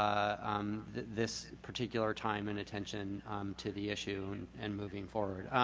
um this particular time and attention to the issue and moving forward.